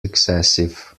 excessive